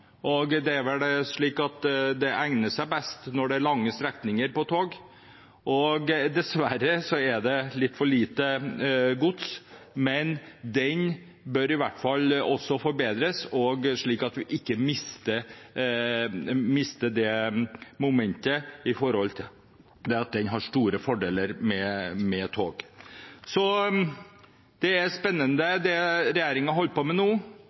og det er vel slik at tog egner seg best når det er lange strekninger. Dessverre er det litt for lite gods, men den bør i hvert fall forbedres, slik at vi ikke mister momentet med tanke på at tog har store fordeler. Det regjeringen holder på med nå,